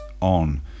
on